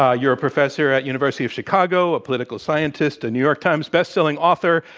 ah you're a professor at university of chicago, a political scientist, a new york times best-selling author.